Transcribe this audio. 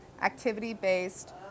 activity-based